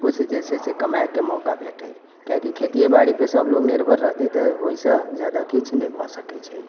किछुसँ जे छै से कमाईके मौका भेटै किएक कि खेतिये बारीपर सब लोग निर्भर रहतै तऽ ओहिसँ जादा किछु नहि भऽ सकै छै